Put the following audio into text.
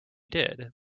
did